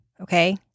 okay